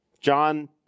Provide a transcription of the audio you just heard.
John